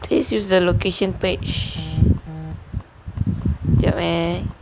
please use the location page jap eh